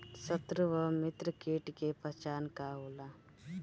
सत्रु व मित्र कीट के पहचान का होला?